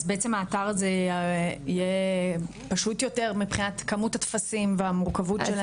אז בעצם האתר הזה יהיה פשוט יותר מבחינת כמות הטפסים והמורכבות שלהם?